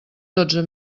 dotze